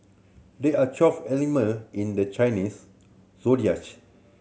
there are twelve animal in the Chinese